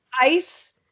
ice